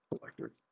Collector